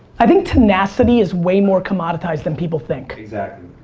i think tenacity is way more commoditized than people think. exactly.